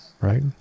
right